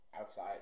outside